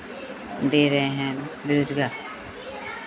दे रहे हैं बेरोज़गार